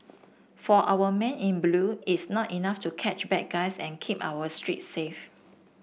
for our men in blue it's not enough to catch bad guys and keep our streets safe